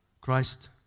Christ